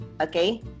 Okay